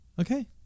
Okay